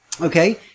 Okay